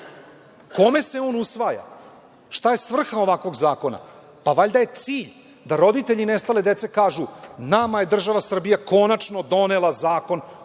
Kome se on usvaja? Šta je svrha ovakvog zakona? Valjda je cilj da roditelji nestale dece kažu – nama je država Srbija konačno donela zakon